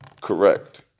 correct